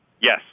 Yes